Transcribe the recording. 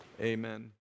amen